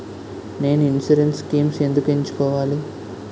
నేను insurance schemes ఎందుకు ఎంచుకోవాలి?